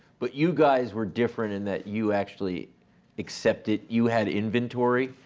but you guys were different in that you actually accepted, you had inventory?